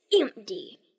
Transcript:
empty